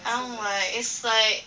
I don't like it's like